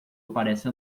aparece